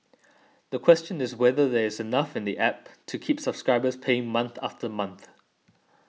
the question is whether there is enough in the App to keep subscribers paying month after month